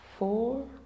Four